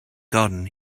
garden